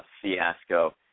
fiasco